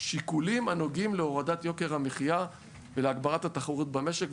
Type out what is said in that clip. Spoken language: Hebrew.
שיקולים הנוגעים להורדת יוקר המחיה ולהגברת התחרות במשק,